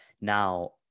now